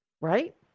Right